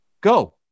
Go